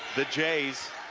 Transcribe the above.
the jays